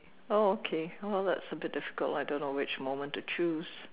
oh okay well that's a bit difficult I don't know which moment to choose